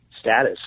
status